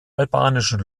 albanischen